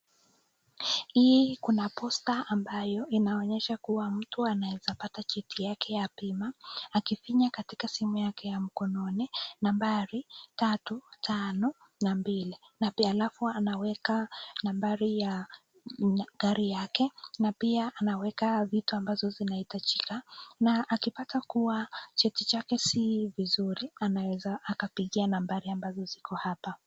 Hii kuna posta ambayo inaonyesha kuwa mtu anaweza pata cheti chake cha bima akifinya katika simu yake ya mkononi nambari tatu tano na mbili. Na pia halafu anaweka nambari ya gari yake na pia anaweka vitu ambazo zinahitajika. Na akipata kuwa cheti chake si vizuri anaweza akapigia nambari ambazo ziko hapa.